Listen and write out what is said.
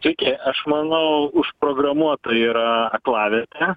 sveiki aš manau užprogramuota yra aklavietė